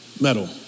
medal